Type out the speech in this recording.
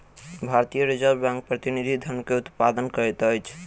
भारतीय reserve bank प्रतिनिधि धन के उत्पादन करैत अछि